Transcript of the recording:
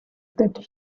that